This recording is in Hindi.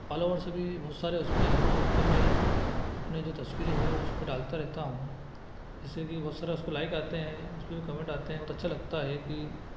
फॉलोवर्स भी बहुत सारे उस पर हैं तो उस पर मैं अपने जो तस्वीरे हैं उस पर डालता रहता हूँ जिससे कि बहुत सारा उस पर लाइक आते हैं उस पर भी कमेंट आते हैं बहुत अच्छा लगता है कि